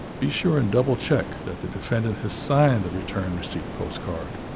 be sure and double check that the defendant has signed the return receipt postcard,